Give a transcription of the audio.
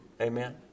Amen